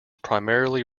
primarily